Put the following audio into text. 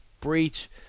breach